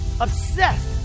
obsessed